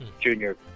Junior